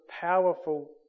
powerful